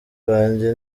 banjye